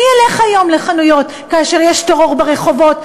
מי ילך היום לחנויות, כאשר יש טרור ברחובות?